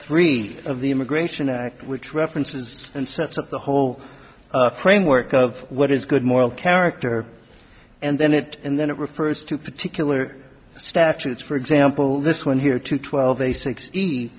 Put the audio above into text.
three of the immigration act which references and sets up the whole framework of what is good moral character and then it and then it refers to particular statutes for example this one here to twelve